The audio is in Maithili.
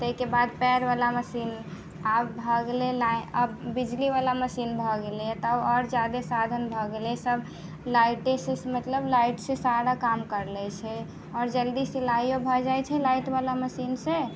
ताहिके बाद पएरवला मशीन आब भऽ गेलै लाइन आब बिजलीवला मशीन भऽ गेलै तऽ आओर ज्यादे साधन भऽ गेलै सभ लाइटेसँ मतलब सभकाम लाइटेसँ सारा काम करि लैत छै आओर जल्दी सिलाइयो भऽ जाइत छै लाइटवला मशीनसँ